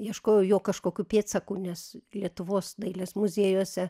ieškojau jo kažkokių pėdsakų nes lietuvos dailės muziejuose